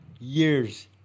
Years